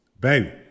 baby